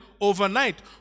overnight